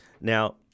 Now